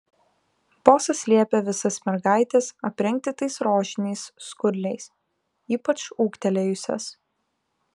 bosas liepia visas mergaites aprengti tais rožiniais skurliais ypač ūgtelėjusias